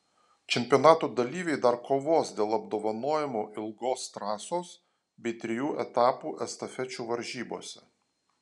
čempionato dalyviai dar kovos dėl apdovanojimų ilgos trasos bei trijų etapų estafečių varžybose